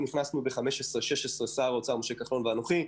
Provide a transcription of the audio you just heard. כשאנחנו נכנסנו ב-2015/2016 שר האוצר כחלון ואנוכי,